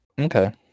Okay